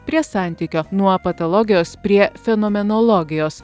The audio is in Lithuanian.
prie santykio nuo patologijos prie fenomenologijos